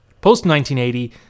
Post-1980